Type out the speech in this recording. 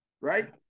Right